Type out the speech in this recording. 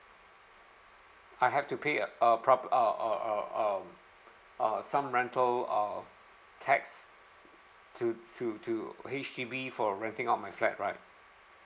I have to pay a pro~ uh uh uh uh uh some rental uh tax to to to H_D_B for renting out my flat right